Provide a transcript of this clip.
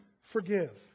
forgive